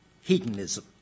hedonism